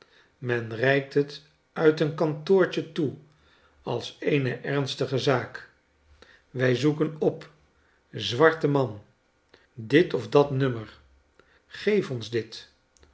menreikt het uit een kantoortje toe als eene ernstige zaak wij zoeken op zwarte man dit ofdatnummer geef ons dit